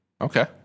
Okay